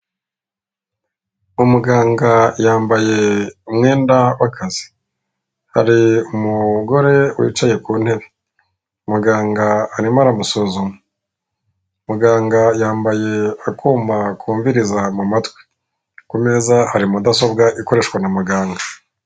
Umuganga yambaye umwenda w'akazi, hari umugore wicaye ku ntebe muganga arimo aramusuzuma, muganga yambaye akuma kumviriza mu matwi ku meza hari mudasobwa ikoreshwa na muganga.